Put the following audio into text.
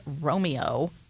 Romeo